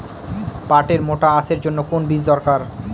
পাটের মোটা আঁশের জন্য কোন বীজ দরকার?